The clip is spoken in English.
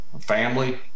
family